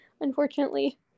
unfortunately